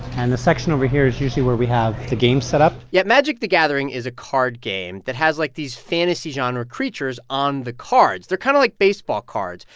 and the section over here is usually where we have the game set up yeah. magic the gathering is a card game that has, like, these fantasy genre creatures on the cards. they're kind of like baseball cards.